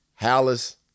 Hallis